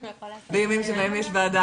בבקשה.